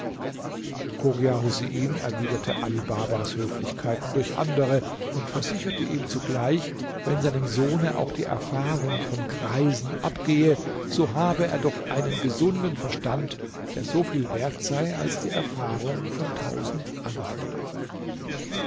husein erwiderte ali babas höflichkeiten durch andere und versicherte ihm zugleich wenn seinem sohne auch die erfahrung von greisen abgehe so habe er doch einen gesunden verstand der so viel wert sei als die erfahrung von tausend andern